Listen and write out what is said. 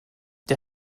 der